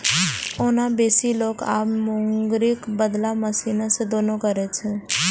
ओना बेसी लोक आब मूंगरीक बदला मशीने सं दौनी करै छै